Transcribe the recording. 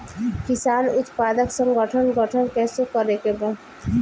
किसान उत्पादक संगठन गठन कैसे करके बा?